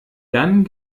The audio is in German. dann